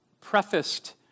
prefaced